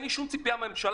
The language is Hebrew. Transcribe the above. אין לי שום ציפייה מהממשלה,